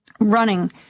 running